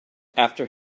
after